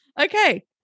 okay